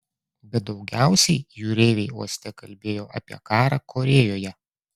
bet daugiausiai jūreiviai uoste kalbėjo apie karą korėjoje